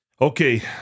Okay